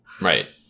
Right